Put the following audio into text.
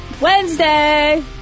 Wednesday